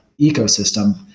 ecosystem